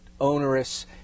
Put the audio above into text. onerous